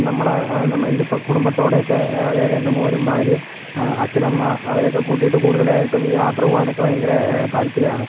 നമ്മുടെ എൻ്റെ ഇപ്പം കുടുംബത്തോടെയൊക്ക് അതായത് എൻ്റെ മോനും ഭാര്യയും അച്ഛൻ അമ്മ അവരെയൊക്കെ കൂട്ടീട്ട് കൂടുതലായിട്ടും യാത്ര പോകാനൊക്കെ ഭയങ്കര താല്പര്യമാണ്